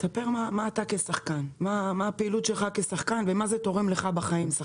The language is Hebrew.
תספר מה הפעילות שלך כשחקן ומה זה תורם לך בחיים.